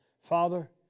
Father